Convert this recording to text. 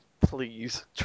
Please